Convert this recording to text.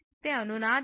ते अनुनाद आहे